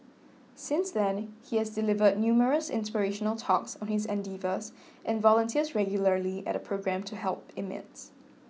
since then he has delivered numerous inspirational talks on his endeavours and volunteers regularly at a programme to help inmates